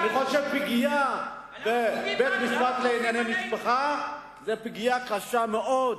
הפגיעה בבית-המשפט לענייני משפחה זו פגיעה קשה מאוד